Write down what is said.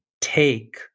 take